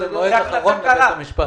זו החלטה קרה.